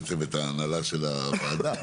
וצוות ההנהלה של הוועדה.